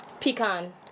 Pecan